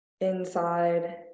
inside